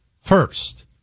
First